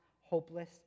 hopeless